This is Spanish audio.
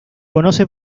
conoce